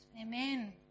Amen